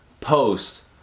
post